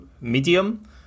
medium